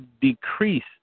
decrease